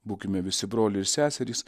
būkime visi broliai ir seserys